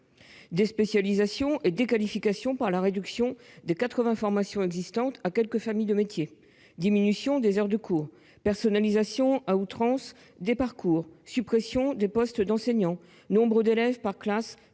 déspécialisation et déqualification par la réduction des 80 formations existantes à quelques familles de métiers ; diminution des heures de cours ; personnalisation à outrance des parcours ; suppressions de postes d'enseignants ; nombre d'élèves par classe